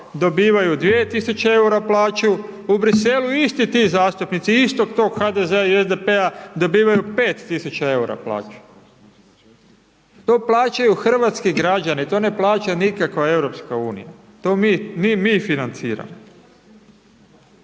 dobivaju 2.000 EUR-a plaću, u Briselu isti ti zastupnici, istog tog HDZ-a i SDP-a dobivaju 5.000 EUR-a plaću. To plaćaju hrvatski građani, to ne plaća nikakva EU, to mi financiramo.